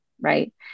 right